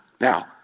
Now